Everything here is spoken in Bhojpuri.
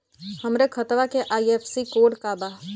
हमरे खतवा के आई.एफ.एस.सी कोड का बा?